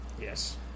Yes